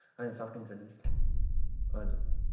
हैन सकिन्छ नि हजुर